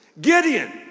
Gideon